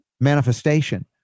manifestation